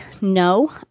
no